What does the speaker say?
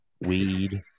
Weed